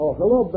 hello